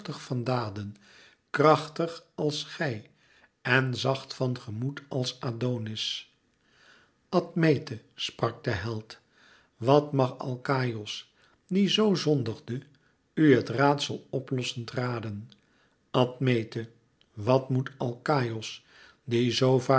van daden krachtig als gij en zacht van gemoed als adonis admete sprak de held wat mag alkaïos die zoo zondigde u het raadsel oplossend raden admete wat moet alkaïos die zoo